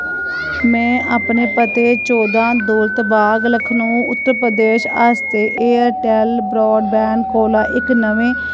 में अपने पते चौदां दौलत बाग लखनऊ उत्तर प्रदेश आस्तै एयरटैल्ल ब्राडबैंड कोला इक नमें